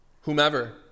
whomever